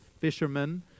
fishermen